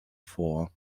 four